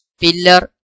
pillar